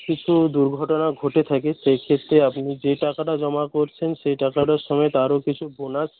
কিছু দুর্ঘটনা ঘটে থাকে সেই ক্ষেত্রে আপনি যে টাকাটা জমা করছেন সেই টাকাটা সমেত আরও কিছু বোনাস